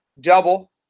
double